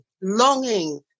longing